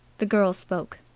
the girl spoke.